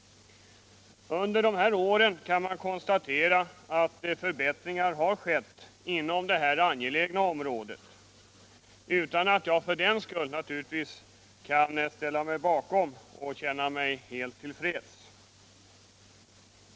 Under Nr 28 dessa år har vissa förbättringar skett inom detta angelägna område, utan att jag för den skull kan känna tillfredsställelse.